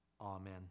Amen